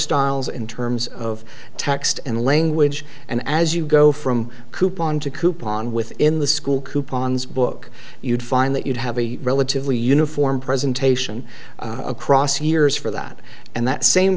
styles in terms of text and language and as you go from coupon to coupon within the school coupons book you'd find that you'd have a relatively uniform presentation across years for that and that same